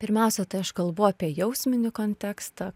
pirmiausia tai aš kalbu apie jausminį kontekstą